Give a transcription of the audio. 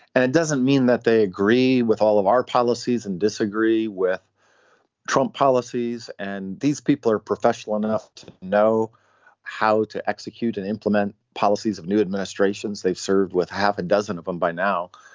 and it doesn't mean that they agree with all of our policies and disagree with trump policies and these people are professional enough to know how to execute and implement policies of new administrations. they've served with half a dozen of them by now.